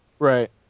right